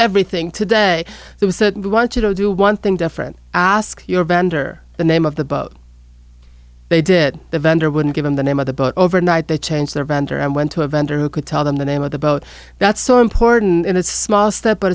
everything today there are certain we want you to do one thing different ask your vendor the name of the boat they did the vendor wouldn't give him the name of the boat overnight they changed their vendor and went to a vendor who could tell them the name of the boat that's so important and it's small step but